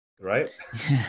right